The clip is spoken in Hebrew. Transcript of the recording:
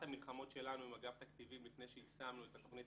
המלחמות שלנו עם אגף תקציבים לפני שיישמנו את התוכנית